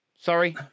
Sorry